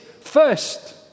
first